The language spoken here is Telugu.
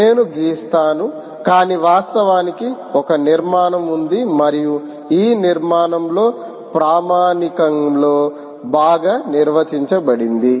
నేను గీస్తాను కానీ వాస్తవానికి ఒక నిర్మాణం ఉంది మరియు ఈ నిర్మాణం ప్రామాణికంలో బాగా నిర్వచించబడింది